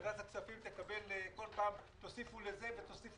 ועדת הכספים תקבל כל פעם בקשות: תוסיפו לזה ותוסיפו